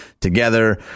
together